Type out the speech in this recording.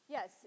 Yes